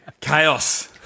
Chaos